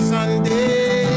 Sunday